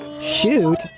Shoot